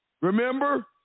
Remember